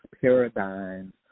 paradigms